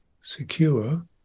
secure